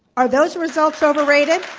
are those results overrated?